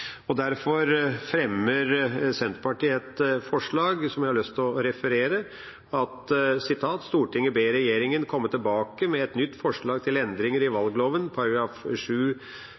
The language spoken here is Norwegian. Derfor fremmer Senterpartiet et forslag som jeg har lyst til å referere: «Stortinget ber regjeringen komme tilbake med et nytt forslag til endringer i valgloven